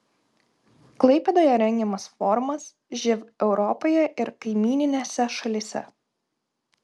klaipėdoje rengiamas forumas živ europoje ir kaimyninėse šalyse